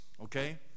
Okay